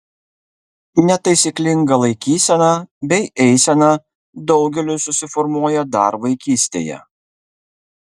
netaisyklinga laikysena bei eisena daugeliui susiformuoja dar vaikystėje